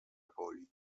boli